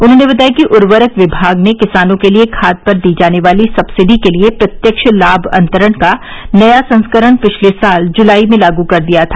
उन्होंने बताया कि उर्वरक विभाग ने किसानों के लिए खाद पर दी जाने वाली सब्सिडी के लिए प्रत्यक्ष लाभ अंतरण का नया संस्करण पिछले साल जुलाई में लागू कर दिया था